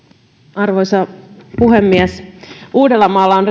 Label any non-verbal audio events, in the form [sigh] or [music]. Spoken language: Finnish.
arvoisa puhemies uudellamaalla on [unintelligible]